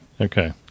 Okay